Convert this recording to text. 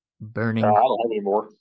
burning